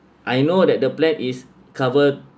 I know that the plan is cover